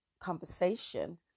conversation